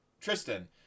Tristan